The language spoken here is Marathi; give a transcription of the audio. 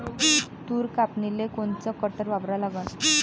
तूर कापनीले कोनचं कटर वापरा लागन?